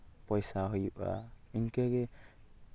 ᱯᱚᱭᱥᱟ ᱦᱩᱭᱩᱜᱼᱟ ᱤᱱᱠᱟᱹᱜᱮ